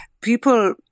people